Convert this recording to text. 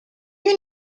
you